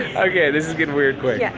okay, this is getting weird quick. yeah.